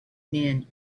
men